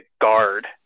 guard